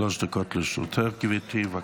שלוש דקות לרשותך, גברתי, בבקשה.